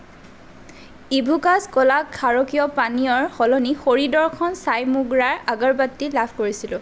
Evocus ক'লা ক্ষাৰকীয় পানীয়ৰ সলনি হৰি দৰ্শন ছাই মোগৰা আগৰবট্টি লাভ কৰিছিলোঁ